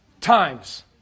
times